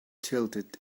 tilted